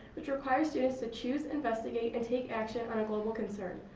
which requires students to choose, investigate and take action on a global concern.